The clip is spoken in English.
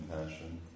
compassion